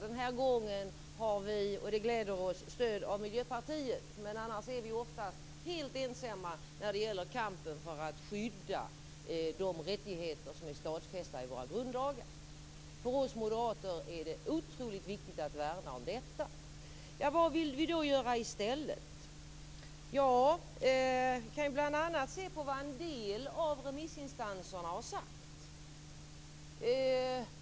Den här gången har vi stöd av Miljöpartiet, vilket gläder oss, annars är vi oftast helt ensamma när det gäller kampen för att skydda de rättigheter som är stadfästa i våra grundlagar. För oss moderater är det otroligt viktigt att värna om detta. Vad vill vi då göra i stället? Vi kan bl.a. se på vad en del av remissinstanserna har sagt.